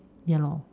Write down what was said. ya lor